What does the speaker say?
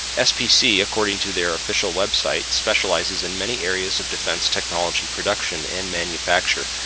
spc according to their official website specializes in many areas of defense technology production and manufacture.